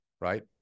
right